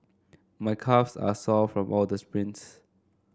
my calves are sore from all the sprints